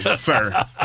sir